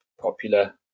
popular